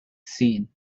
seen